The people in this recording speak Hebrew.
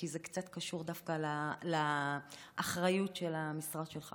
כי זה קצת קשור דווקא לאחריות של המשרד שלך.